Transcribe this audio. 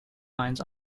mines